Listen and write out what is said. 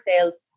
sales